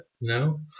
No